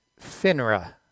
FINRA